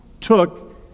took